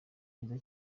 byiza